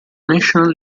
national